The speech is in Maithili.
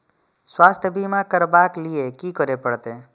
स्वास्थ्य बीमा करबाब के लीये की करै परतै?